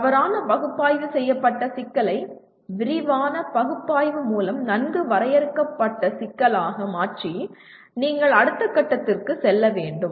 தவறான பகுப்பாய்வு செய்யப்பட்ட சிக்கலை விரிவான பகுப்பாய்வு மூலம் நன்கு வரையறுக்கப்பட்ட சிக்கலாக மாற்றி நீங்கள் அடுத்த கட்டத்திற்கு செல்ல வேண்டும்